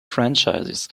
franchises